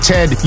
Ted